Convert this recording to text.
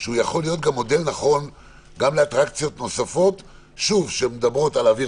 שיכול להיות נכון גם לאטרקציות נוספות שמדברות על אוויר